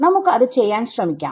നമുക്ക് അത് ചെയ്യാൻ ശ്രമിക്കാം